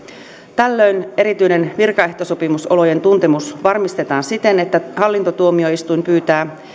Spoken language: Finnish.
tällöin erityinen virkaehtosopimusolojen tuntemus varmistetaan siten että hallintotuomioistuin pyytää